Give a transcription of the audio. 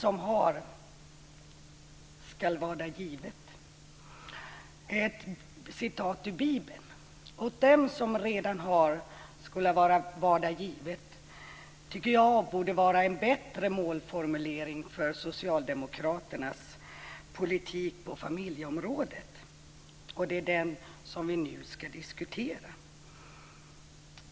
Fru talman! Åt dem som redan har skall varda givet, står det i Bibeln. Det tycker jag borde vara en bättre målformulering för socialdemokraternas politik på familjeområdet. Det är den vi nu ska diskutera.